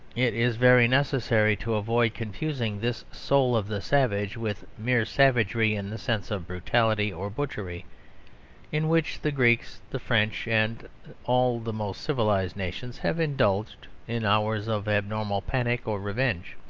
it is very necessary to avoid confusing this soul of the savage with mere savagery in the sense of brutality or butchery in which the greeks, the french and all the most civilised nations have indulged in hours of abnormal panic or revenge.